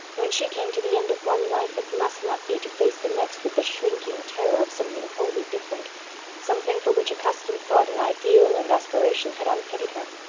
when she came to the end of one life it must not be to face the next with the shrinking terror of something wholly different something for which accustomed thought and ideal and aspiration had unfitted her.